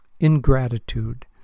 ingratitude